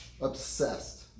obsessed